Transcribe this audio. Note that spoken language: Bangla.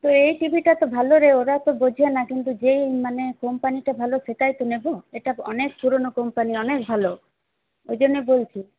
তো এই টিভিটা তো ভালো রে ওরা তো বোঝে না কিন্তু যেই মানে কোম্পানিটা ভালো সেটাই তো নেব এটা অনেক পুরোনো কোম্পানি অনেক ভালো ওই জন্যে বলছি